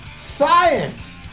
Science